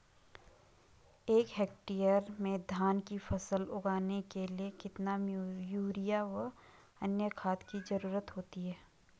एक हेक्टेयर में धान की फसल उगाने के लिए कितना यूरिया व अन्य खाद की जरूरत होती है?